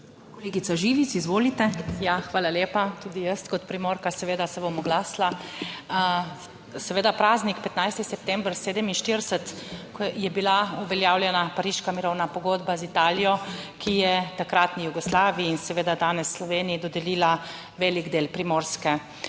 ŽIVIC (PS Svoboda): Ja, hvala lepa. Tudi jaz, kot Primorka seveda se bom oglasila. Seveda, praznik 15. september 1947, ko je bila uveljavljena Pariška mirovna pogodba z Italijo, ki je takratni Jugoslaviji in seveda danes Sloveniji dodelila velik del Primorske.